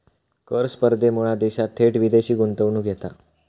कर स्पर्धेमुळा देशात थेट विदेशी गुंतवणूक येता